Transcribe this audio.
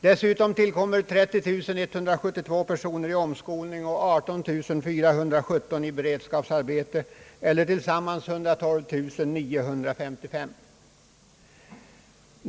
Dessutom tillkommer 30 172 personer i omskolning och 18 417 i beredskapsarbete eller tillsammans 112 955 personer.